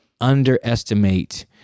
underestimate